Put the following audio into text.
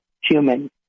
human